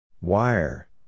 Wire